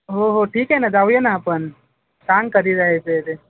हो हो ठीक आहे नाजाऊया ना आपण सांग कधी जायचं आहे ते